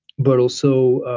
but also,